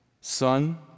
Son